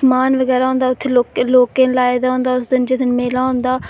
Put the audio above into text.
समान बगैरा होंदा उधर लोकें लाए दा होंदा उस दिन जिस दिन मेला होंदा